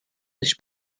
nicht